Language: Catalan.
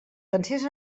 dansers